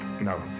No